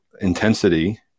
intensity